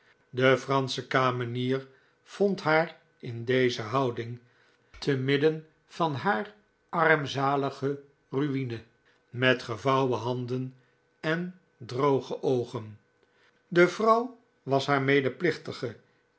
de fransche kamenier vond haar in deze houding te midden van haar armzalige ruine met gevouwen handen en droge oogen de vrouw was haar medeplichtige